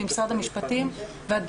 אדוני,